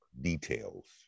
details